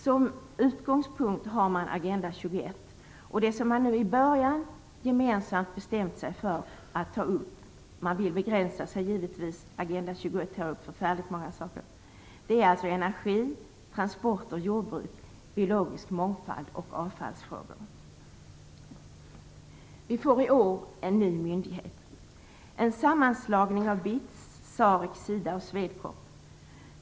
Som utgångspunkt har man Agenda 21. Det som man nu i början gemensamt bestämt sig för att ta upp - man vill givetvis begränsa sig för Agenda 21 tar upp förfärligt många saker - är energi, transport och jordbruk, biologisk mångfald och avfallsfrågor. Vi får i år en ny myndighet, en sammanslagning av BITS, SAREC, SIDA och SWEDCORP.